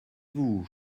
vous